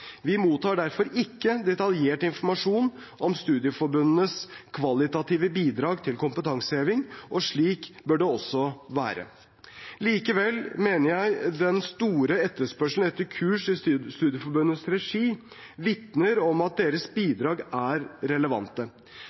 Vi mottar derfor ikke detaljert informasjon om studieforbundenes kvalitative bidrag til kompetanseheving. Og slik bør det også være. Likevel mener jeg at den store etterspørselen etter kurs i studieforbundenes regi vitner om at deres bidrag er relevante.